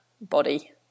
body